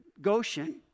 Goshen